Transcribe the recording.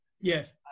Yes